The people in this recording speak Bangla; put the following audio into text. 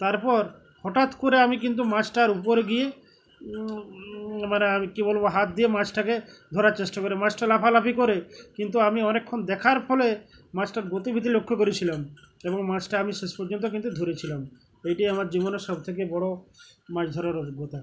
তারপর হঠাৎ করে আমি কিন্তু মাছটার উপরে গিয়ে মানে আমি কী বলবো হাত দিয়ে মাছটাকে ধরার চেষ্টা করে মাছটা লাফালাফি করে কিন্তু আমি অনেকক্ষণ দেখার ফলে মাছটার গতিবিধি লক্ষ্য করেছিলাম এবং মাছটা আমি শেষ পর্যন্ত কিন্তু ধরেছিলাম এইটি আমার জীবনের সব থেকে বড়ো মাছ ধরার অভজ্ঞতা